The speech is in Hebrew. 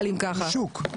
זה שוק,